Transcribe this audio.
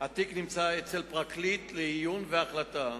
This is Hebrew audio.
התיק נמצא אצל פרקליט לעיון והחלטה,